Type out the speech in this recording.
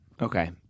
Okay